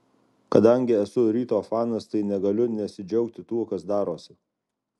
kadangi esu ryto fanas tai negaliu nesidžiaugti tuo kas darosi